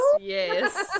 Yes